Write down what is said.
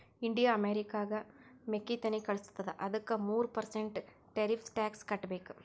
India ಅಮೆರಿಕಾಗ್ ಮೆಕ್ಕಿತೆನ್ನಿ ಕಳುಸತ್ತುದ ಅದ್ದುಕ ಮೂರ ಪರ್ಸೆಂಟ್ ಟೆರಿಫ್ಸ್ ಟ್ಯಾಕ್ಸ್ ಕಟ್ಟಬೇಕ್